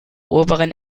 oberen